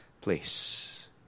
place